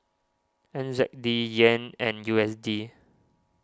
N Z D Yen and U S D